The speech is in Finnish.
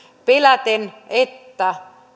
peläten että